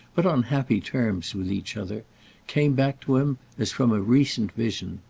but on happy terms with each other came back to him as from a recent vision.